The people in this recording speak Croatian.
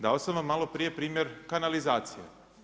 Dao sam vam malo prije primjer kanalizacije.